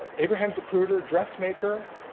ah abraham zapruder, dressmaker,